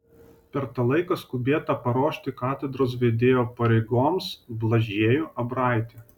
per tą laiką skubėta paruošti katedros vedėjo pareigoms blažiejų abraitį